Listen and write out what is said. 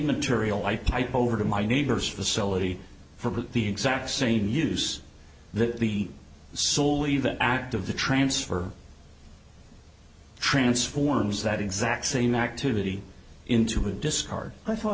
material i pipe over to my neighbor's facility for the exact same use that the soul leave the act of the transfer transforms that exact same activity into a discard i thought